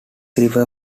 river